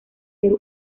ser